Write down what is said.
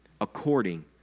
according